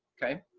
okay?